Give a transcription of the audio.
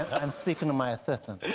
i'm speaking to my assistant. and